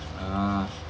ah